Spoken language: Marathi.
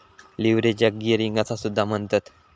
लीव्हरेजाक गियरिंग असो सुद्धा म्हणतत